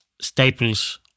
staples